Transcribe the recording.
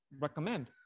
recommend